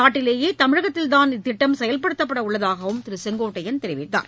நாட்டிலேயே தமிழகத்தில்தான் இத்திட்டம் செயல்படுத்தப்பட உள்ளதாகவும் திரு செங்கோட்டையன் தெரிவித்தார்